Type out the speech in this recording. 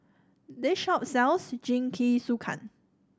this shop sells Jingisukan